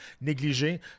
négligé